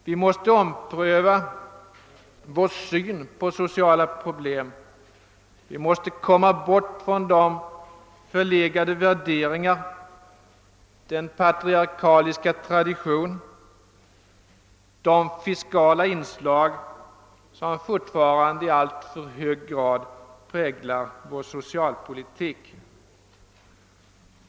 Vi måste ompröva vår syn på sociala problem och komma bort från de förlegade värderingar, den patriarkaliska tradition och de fiskala inslag som fortfarande i alltför hög grad präglar vår socialpolitik.